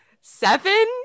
Seven